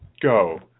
go